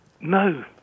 no